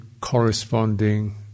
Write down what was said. corresponding